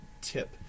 tip